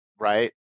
right